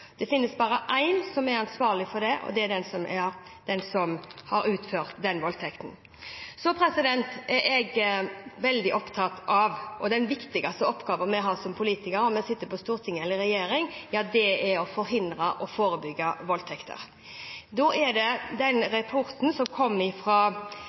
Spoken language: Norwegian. Det finnes bare én som er ansvarlig for det, og det er den som har begått voldtekten. Den viktigste oppgaven vi som politikere har – om vi sitter på Stortinget, eller om vi er i regjering – er å forhindre og å forebygge voldtekter.